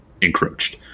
encroached